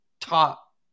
top